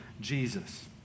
Jesus